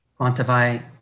quantify